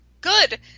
Good